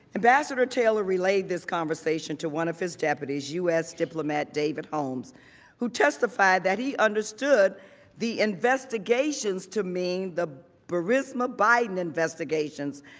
ambassador taylor relayed this conversation to one of his deputies, u s. diplomat david holmes who testified that he understood the investigations to mean, the burisma biden investigations,